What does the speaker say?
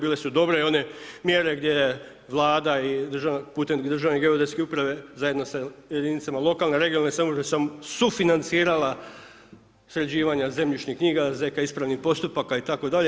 Bile su dobre one mjere gdje Vlada putem državne geodetske uprave zajedno sa jedinicama lokalne regionalne samouprave sufinancirala sređivanja zemljišnih knjiga, z. k. ispravnih postupaka itd.